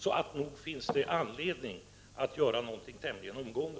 Så nog finns det anledning att göra någonting tämligen omgående.